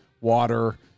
water